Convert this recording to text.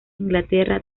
inglaterra